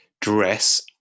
dress